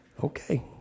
Okay